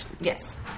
Yes